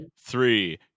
three